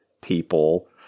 people